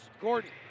Gordon